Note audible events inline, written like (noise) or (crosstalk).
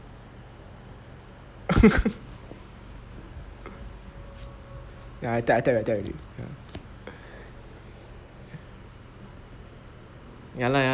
(laughs) ya I tie I tie I tie already ya lah